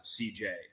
cj